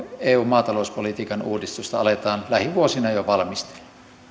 eun maatalouspolitiikan uudistusta aletaan lähivuosina jo valmistella